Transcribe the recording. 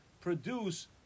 produce